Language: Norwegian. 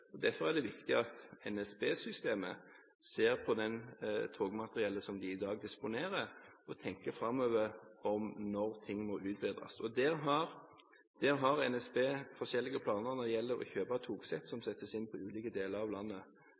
og derfor er det viktig at NSB-systemet ser på det togmateriellet som de i dag disponerer, og tenker framover om når ting må utbedres. Der har NSB forskjellige planer når det gjelder å kjøpe togsett som settes inn i ulike deler av landet